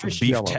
beef